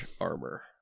armor